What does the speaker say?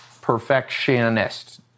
perfectionist